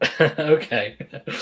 okay